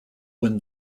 win